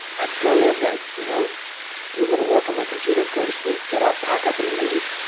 i'd go in. i'd you know do a little work on my computer. go to sleep. get up. pack up and leave.